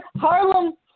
Harlem